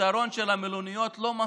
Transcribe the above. הפתרון של מלוניות לא מספיק,